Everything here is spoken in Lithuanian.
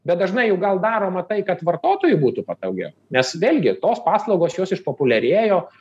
bet dažnai juk gal daroma tai kad vartotojui būtų patogiau nes vėlgi tos paslaugos jos išpopuliarėjo